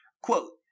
Quote